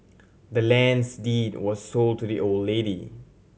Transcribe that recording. the land's deed was sold to the old lady